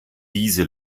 diese